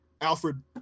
alfred